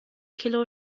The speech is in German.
kilo